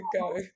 go